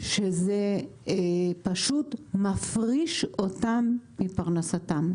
שזה פשוט מפריש אותם מפרנסתם.